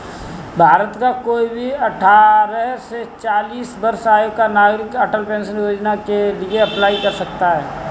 भारत का कोई भी अठारह से चालीस वर्ष आयु का नागरिक अटल पेंशन योजना के लिए अप्लाई कर सकता है